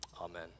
Amen